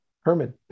Herman